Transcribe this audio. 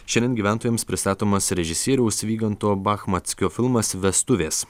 šiandien gyventojams pristatomas režisieriaus vyganto bachmatskio filmas vestuvės